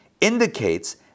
indicates